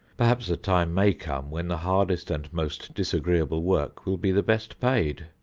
perhaps the time may come when the hardest and most disagreeable work will be the best paid.